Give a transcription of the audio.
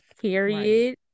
period